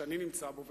שאני נמצא בו,